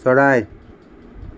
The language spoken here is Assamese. চৰাই